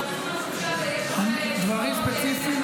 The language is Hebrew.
אבדוק, בלי נדר.